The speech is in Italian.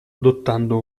adottando